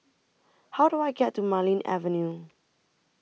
How Do I get to Marlene Avenue